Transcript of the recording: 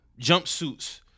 jumpsuits